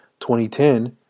2010